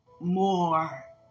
more